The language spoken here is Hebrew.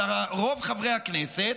של רוב חברי הכנסת,